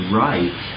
right